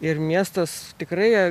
ir miestas tikrai